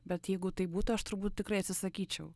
bet jeigu taip būtų aš turbūt tikrai atsisakyčiau